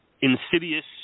Insidious